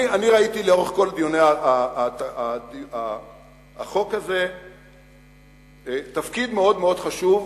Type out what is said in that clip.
אני ראיתי לכל אורך דיוני החוק תפקיד מאוד מאוד חשוב,